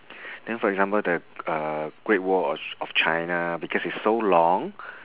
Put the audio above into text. then for example the uh great wall of of china because it's so long